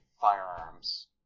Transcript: firearms